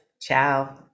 Ciao